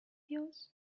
yours